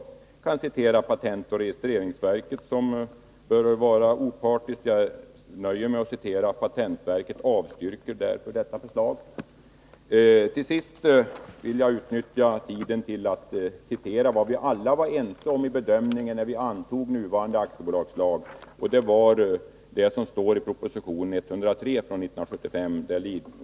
Jag kan citera patentoch registreringsverket, som väl bör vara opartiskt. Jag nöjer mig där med orden: Patentverket avstyrker därför detta förslag. Till sist vill jag utnyttja tiden till att citera vad vi alla varit ense om när vi antog nuvarande aktiebolagslag — det står i proposition 103, 1975.